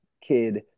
kid